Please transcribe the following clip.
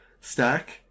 stack